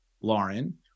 Lauren